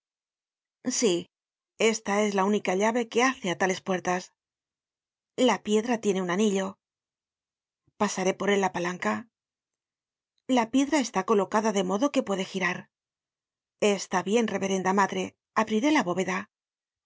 palanca sí esta es la única llave que hace á tales puertas la piedra tiene un anillo pasaré por él la palanca la piedra está colocada de modo que puede girar está bien reverenda madre abriré la bóveda